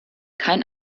kein